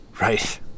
right